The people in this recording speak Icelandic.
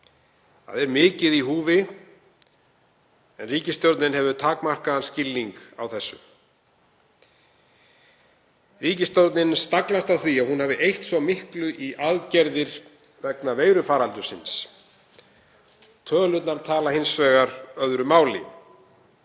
Það er mikið í húfi, en ríkisstjórnin hefur takmarkaðan skilning á því. Ríkisstjórnin staglast á því að hún hafi eytt svo miklu í aðgerðir vegna veirufaraldursins. Tölurnar tala hins vegar öðru máli.